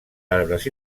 arbres